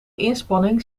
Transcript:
inspanning